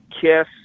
Kiss